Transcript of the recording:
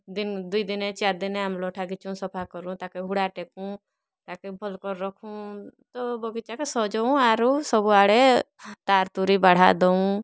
ଦିନ୍ ଦୁଇ ଦିନେ ଚାର୍ ଦିନେ ଆମେ ଲଟା ଘିଚୁଁ ସଫା କରୁଁ ତାକେ ହୁଡ଼ା ଟେକୁଁ ତାକେ ଭଲ୍ କରି ରଖୁଁ ତ ବଗିଚାକେ ସଜଉଁ ଆରୁ ସବୁ ଆଡ଼େ ତାର୍ ତୁରି ବାଢ଼ା ଦୋଉଁ